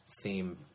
theme